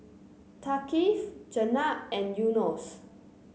Thaqif Jenab and Yunos